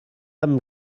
amb